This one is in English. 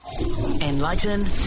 Enlighten